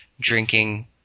drinking